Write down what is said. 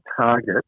target